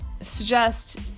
suggest